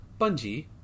Bungie